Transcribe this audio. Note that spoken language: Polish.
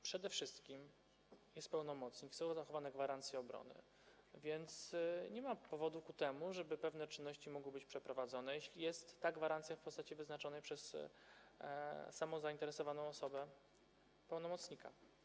przede wszystkim jest pełnomocnik, są zachowane gwarancje obrony, więc nie ma powodów ku temu, żeby pewne czynności mogły być przeprowadzone, jeśli jest ta gwarancja w postaci wyznaczonej przez samą zainteresowaną osobę, pełnomocnika.